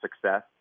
success